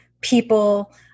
people